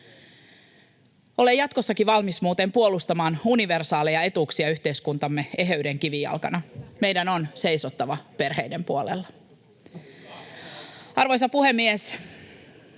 muuten jatkossakin valmis puolustamaan universaaleja etuuksia yhteiskuntamme eheyden kivijalkana. Meidän on seisottava perheiden puolella. Arvoisa puhemies!